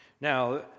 Now